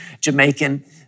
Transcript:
Jamaican